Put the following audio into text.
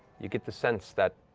you get the sense that